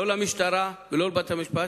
לא למשטרה ולא לבתי-המשפט,